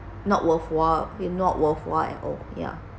not worthwhile not worthwhile at all ya